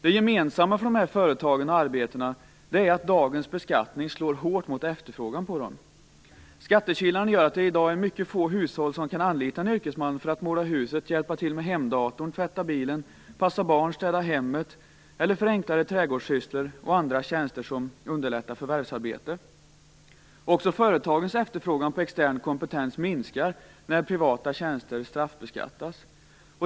Det gemensamma för de här företagen och arbetena är att dagens beskattning slår hårt mot efterfrågan på dem. Skattekilarna gör att det i dag är mycket få hushåll som kan anlita en yrkesman för att måla huset, hjälpa till med hemdatorn, tvätta bilen, passa barnen, städa hemmet eller utföra enklare trädgårdssysslor och andra tjänster som underlättar förvärvsarbete. Också företagens efterfrågan på extern kompetens minskar när privata tjänster straffbeskattas.